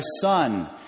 son